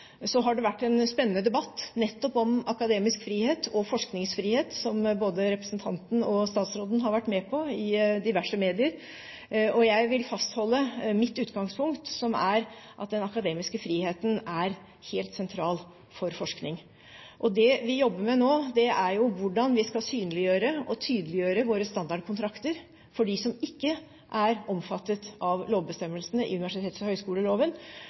Så har det vært en spennende debatt nettopp om akademisk frihet og forskningsfrihet, som både representanten og statsråden har vært med på i diverse medier. Jeg vil fastholde mitt utgangspunkt som er at den akademiske friheten er helt sentral for forskning. Det vi jobber med nå, er hvordan vi skal synliggjøre og tydeliggjøre våre standardkontrakter for dem som ikke er omfattet av lovbestemmelsene i universitets- og høyskoleloven.